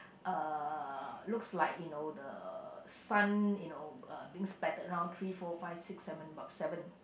uh looks like you know the sun you know uh being spattered round three four five six seven about seven